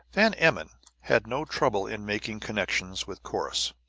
van emmon had no trouble in making connections with corrus.